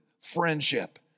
friendship